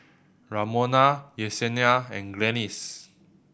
Ramona Yesenia and Glennis